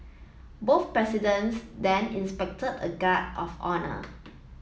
both presidents then inspected a guard of honour